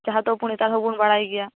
ᱡᱟᱦᱟᱸ ᱫᱚ ᱟᱵᱚ ᱱᱮᱛᱟᱨ ᱦᱚᱸᱵᱚᱱ ᱵᱟᱲᱟᱭᱜᱮᱭᱟ